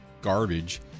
garbage